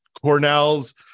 cornell's